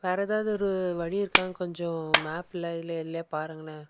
வேறு எதாவது ஒரு வழி இருக்கான்னு கொஞ்சம் மேப்பில் இல்லை எதுலையா பாருங்களேன்